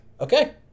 okay